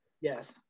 yes